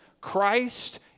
Christ